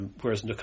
Whereas